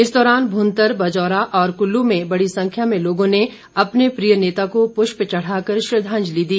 इस दौरान भूंतर बजौरा और कुल्लू में बड़ी संख्या में लोगों ने अपने प्रिय नेता को पुष्प चढ़ाकर श्रद्धाजंलि दी